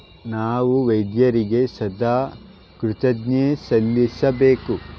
ನಾವು ವೈದ್ಯರಿಗೆ ಸದಾ ಕೃತಜ್ಞತೆ ಸಲ್ಲಿಸಬೇಕು